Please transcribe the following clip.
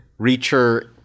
Reacher